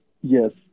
Yes